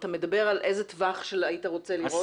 איזה טווח של היית רוצה לראות?